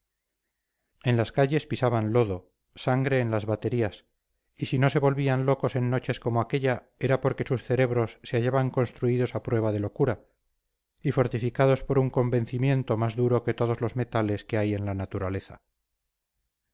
en las calles pisaban lodo sangre en las baterías y si no se volvían locos en noches como aquella era porque sus cerebros se hallaban construidos a prueba de locura y fortificados por un convencimiento más duro que todos los metales que hay en la naturaleza